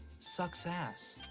sucks ass.